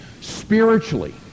Spiritually